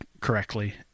correctly